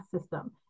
system